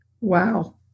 Wow